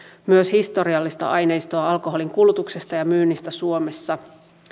myös historiallista aineistoa alkoholin kulutuksesta ja myynnistä suomessa